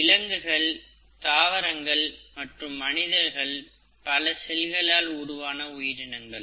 விலங்குகள் தாவரங்கள் மற்றும் மனிதர்கள் பல செல்களால் உருவான உயிரினங்கள்